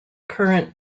current